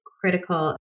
critical